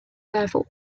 level